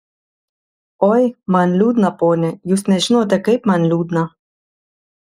oi man liūdna pone jūs nežinote kaip man liūdna